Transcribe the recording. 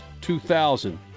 2000